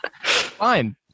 Fine